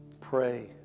pray